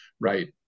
right